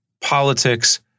politics